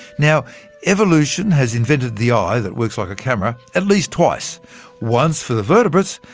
now evolution has invented the eye that works like a camera at least twice once for the vertebrates,